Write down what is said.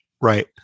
Right